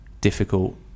difficult